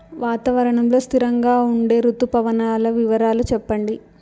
వాతావరణం లో స్థిరంగా ఉండే రుతు పవనాల వివరాలు చెప్పండి?